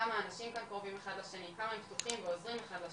שיר תודה רבה.